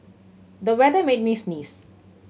the weather made me sneeze